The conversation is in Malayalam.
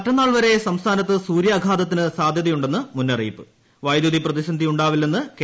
മറ്റെന്നാൾ വരെ സംസ്ഥാനത്ത് സൂര്യാഘാതത്തിന് സാധ്യതയുണ്ടെന്ന് മുന്നറിയിപ്പ് വൈദ്യുതിപ്രതിസന്ധിയുണ്ടാവില്ലെന്ന് കെ